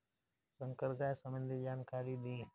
संकर गाय सबंधी जानकारी दी?